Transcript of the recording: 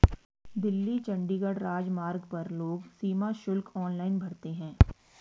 दिल्ली चंडीगढ़ राजमार्ग पर लोग सीमा शुल्क ऑनलाइन भरते हैं